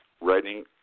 writing